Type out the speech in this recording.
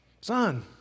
son